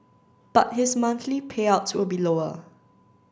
but his monthly payouts will be lower